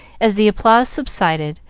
as the applause subsided,